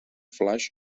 flaix